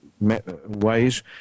ways